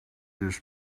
this